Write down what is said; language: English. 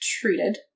Treated